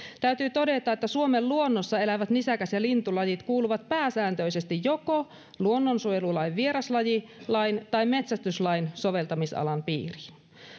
täytyy todeta että suomen luonnossa elävät nisäkäs ja lintulajit kuuluvat pääsääntöisesti joko luonnonsuojelulain vieraslajilain tai metsästyslain soveltamisalan piiriin